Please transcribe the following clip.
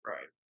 Right